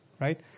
right